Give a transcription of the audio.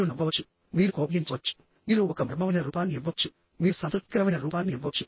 మీరు నవ్వవచ్చు మీరు కోపగించవచ్చుమీరు ఒక మర్మమైన రూపాన్ని ఇవ్వవచ్చు మీరు సంతృప్తికరమైన రూపాన్ని ఇవ్వవచ్చు